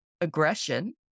aggression